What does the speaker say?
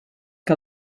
que